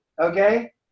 okay